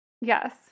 Yes